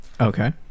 Okay